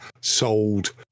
sold